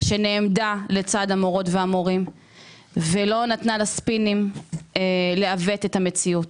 שנעמדה לצד המורות והמורים ולא נתנה לספינים לעוות את המציאות.